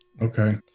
Okay